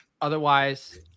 Otherwise